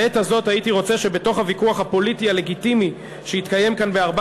בעת הזאת הייתי רוצה שבתוך הוויכוח הפוליטי הלגיטימי שיתקיים כאן בארבע